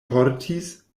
portis